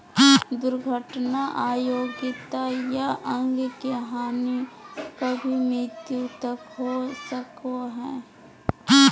दुर्घटना अयोग्यता या अंग के हानि कभी मृत्यु तक हो सको हइ